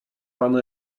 pan